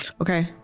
Okay